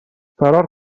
فرار